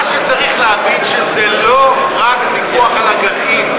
מה שצריך להבין, שזה לא רק ויכוח על הגרעין.